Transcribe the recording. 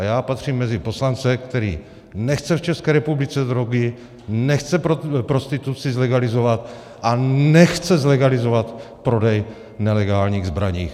A já patřím mezi poslance, který nechce v České republice drogy, nechce prostituci zlegalizovat a nechce zlegalizovat prodej nelegálních zbraní.